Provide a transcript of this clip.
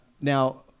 Now